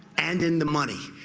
and in the money.